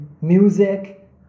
music